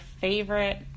favorite